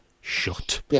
shut